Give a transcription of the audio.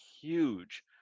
huge